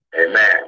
Amen